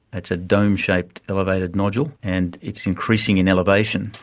it's a dome-shaped elevated nodule, and it's increasing in elevation,